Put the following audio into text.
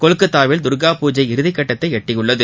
கொல்கத்தாவில் தர்கா பூஜை இறுதிக்கட்டத்தை எட்டியுள்ளது